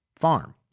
farm